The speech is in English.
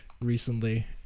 recently